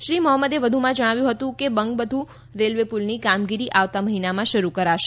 શ્રી મોહમ્મદે વધુમાં જણાવ્યું કે બંગબધુ રેલવે પુલની કામગીરી આવતા મહીનામાં શરૂ કરાશે